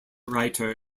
writer